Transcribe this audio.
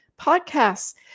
podcasts